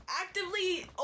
actively